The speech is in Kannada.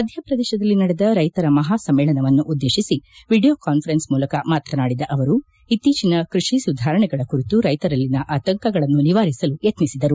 ಮಧ್ವಪ್ರದೇಶದಲ್ಲಿ ನಡೆದ ರೈತರ ಮಹಾಸಮ್ಮೇಳನವನ್ನು ಉದ್ದೇಶಿಸಿ ವಿಡಿಯೋ ಕಾಸ್ಪರೆನ್ಸ್ ಮೂಲಕ ಮಾತನಾಡಿದ ಅವರು ಇತ್ತೀಚಿನ ಕೃಷಿ ಸುಧಾರಣೆಗಳ ಕುರಿತು ರೈತರಲ್ಲಿನ ಆತಂಕಗಳನ್ನು ನಿವಾರಿಸಲು ಯತ್ನಿಸಿದರು